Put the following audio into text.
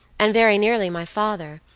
and very nearly my father,